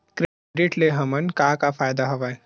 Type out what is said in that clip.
Credit ले हमन का का फ़ायदा हवय?